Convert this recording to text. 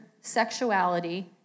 sexuality